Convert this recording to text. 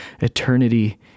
eternity